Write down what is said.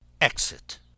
exit